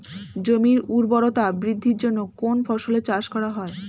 জমির উর্বরতা বৃদ্ধির জন্য কোন ফসলের চাষ করা হয়?